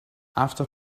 after